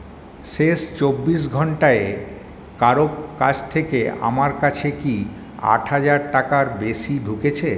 শেষ চব্বিশ ঘণ্টায় কারো কাছ থেকে আমার কাছে কি আট হাজার টাকার বেশি ঢুকেছে